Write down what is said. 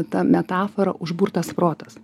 ta metafora užburtas protas